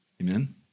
Amen